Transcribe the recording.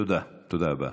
תודה רבה.